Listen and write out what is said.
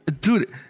Dude